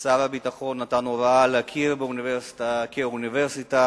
שר הביטחון נתן הוראה להכיר באוניברסיטה כאוניברסיטה,